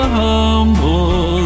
humble